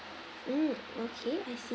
mm okay I see